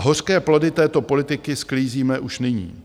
Hořké plody této politiky sklízíme už nyní.